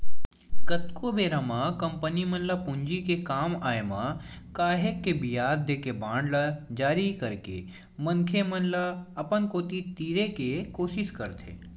कतको बेरा म कंपनी मन ल पूंजी के काम आय म काहेक के बियाज देके बांड ल जारी करके मनखे मन ल अपन कोती तीरे के कोसिस करथे